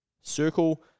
circle